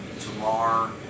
tomorrow